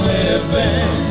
living